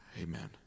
Amen